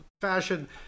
fashion